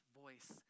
voice